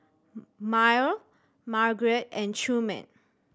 Myrle Margarett and Truman